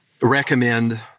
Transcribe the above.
recommend